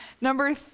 Number